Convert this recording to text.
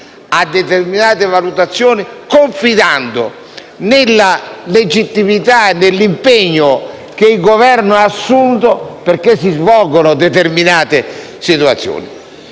a determinate valutazioni confidando nella legittimità dell'impegno che il Governo ha assunto affinché si verifichino determinato situazioni.